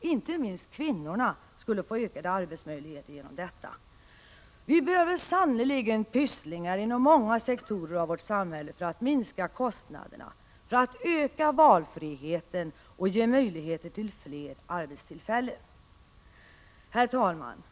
Inte minst kvinnorna skulle få ökade arbetsmöjligheter genom detta. Vi behöver sannerligen ”Pysslingar” inom många sektorer av vårt samhälle för att minska kostnaderna, för att öka valfriheten och för att ge möjligheter till fler arbetstillfällen. Herr talman!